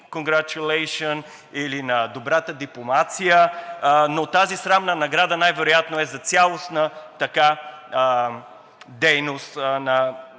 или на добрата дипломация, но тази срамна награда най-вероятно е за цялостна дейност на